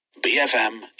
BFM